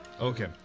Okay